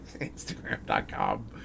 Instagram.com